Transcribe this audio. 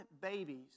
babies